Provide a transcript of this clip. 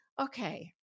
Okay